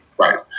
Right